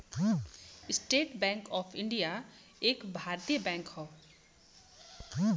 estate bank of India एक भारतीय bank हौ